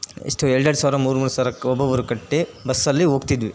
ಎಷ್ಟು ಎರಡೆರಡು ಸಾವಿರ ಮೂರು ಮೂರು ಸಾವಿರಕ್ಕೆ ಒಬ್ಬೊಬ್ಬರು ಕಟ್ಟಿ ಬಸ್ಸಲ್ಲಿ ಹೋಗ್ತಿದ್ವಿ